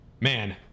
man